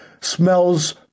smells